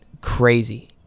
crazy